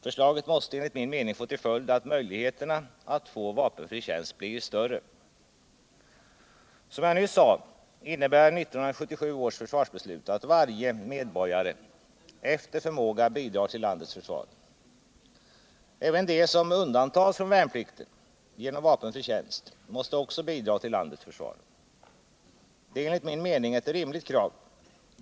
Förslaget måste enligt min mening få till följd att möjligheterna att få vapenfri tjänst blir större. Som jag nyss sade innebär 1977 års försvarsbeslut att varje medborgare efter förmåga bidrar till landets försvar. Även de som undantas från värnplikten genom vapenfri tjänst måste bidra till landets försvar. Det är enligt min mening ett rimligt krav.